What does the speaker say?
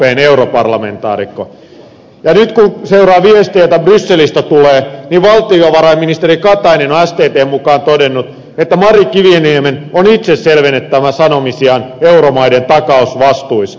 nyt kun seuraa viestejä joita brysselistä tulee niin valtiovarainministeri katainen on sttn mukaan todennut että mari kiviniemen on itse selvennettävä sanomisiaan euromaiden takausvastuista